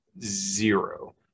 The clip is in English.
zero